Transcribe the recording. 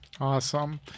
Awesome